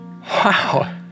wow